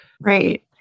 Right